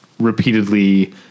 repeatedly